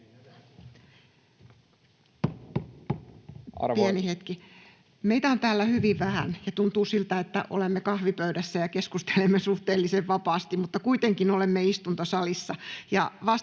— Pieni hetki. Meitä on täällä hyvin vähän, ja tuntuu siltä, että olemme kahvipöydässä ja keskustelemme suhteellisen vapaasti, mutta kuitenkin olemme istuntosalissa ja